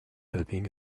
helping